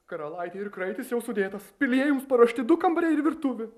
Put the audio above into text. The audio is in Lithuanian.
karalaitė ir kraitis jau sudėtas pilyje jums paruošti du kambariai ir virtuvė